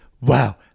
Wow